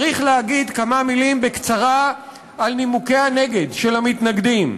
צריך להגיד כמה מילים על נימוקי הנגד של המתנגדים.